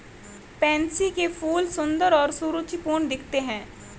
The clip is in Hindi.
पैंसी के फूल सुंदर और सुरुचिपूर्ण दिखते हैं